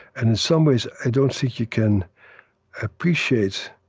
and in some ways, i don't think you can appreciate